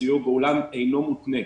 הסיוע בעולם אינו מותנה.